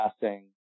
passing